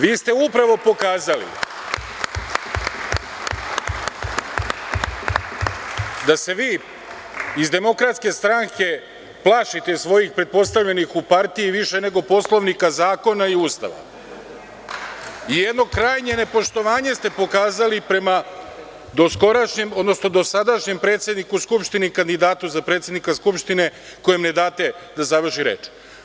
Vi ste upravo pokazali da se vi iz DS plašite svojih pretpostavljenih u partiji više nego Poslovnika, zakona i Ustava i jedno krajnje nepoštovanje ste pokazali prema dosadašnjem predsedniku Skupštine i kandidatu za predsednika Skupštine, kojem ne date da završi reč.